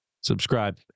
subscribe